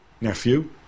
nephew